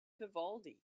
vivaldi